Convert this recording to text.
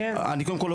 אני קודם כל לא